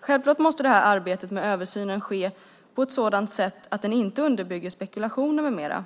Självklart måste arbetet med översynen ske på ett sådant sätt att det inte underbygger spekulationer med mera.